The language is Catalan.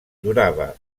durava